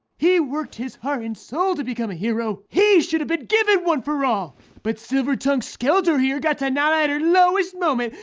he worked his heart and soul to become a hero. he should have been given one for all but silver tongue skeletor here got to nana at her lowest moment,